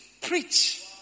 preach